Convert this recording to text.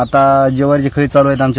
आता ज्वारीची खळी चालू आहेत आमची